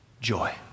joy